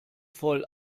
voll